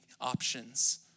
options